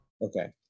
Okay